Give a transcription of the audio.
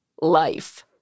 life